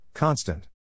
Constant